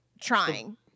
trying